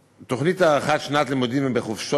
ממלכתית, בראשות השופט